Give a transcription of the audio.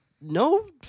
no